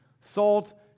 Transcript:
Salt